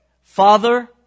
Father